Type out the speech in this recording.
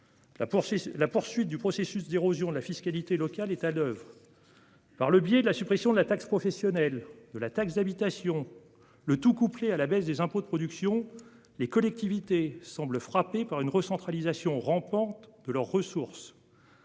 la poursuite du processus d'érosion de la fiscalité locale est à l'oeuvre. Par le biais de la suppression de la taxe professionnelle, de la taxe d'habitation. Le tout couplé à la baisse des impôts de production, les collectivités semblent frappés par une recentralisation rampante de leurs ressources.